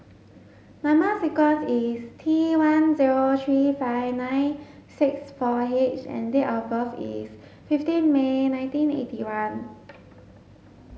number sequence is T one zero three five nine six four H and date of birth is fifteen May nineteen eighty one